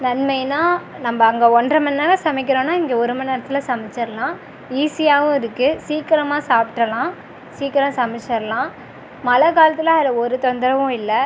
நன்மைனால் நம்ம அங்கே ஒன்றரை மணிநேரம் சமைக்கிறோன்னால் இங்கேஒரு மணி நேரத்தில் சமைச்சிர்லாம் ஈஸியாகவும் இருக்குது சீக்கிரமாக சாப்பிட்ரலாம் சீக்கிரம் சமைச்சிர்லாம் மழைக் காலத்தில் அதில் ஒரு தொந்தரவும் இல்லை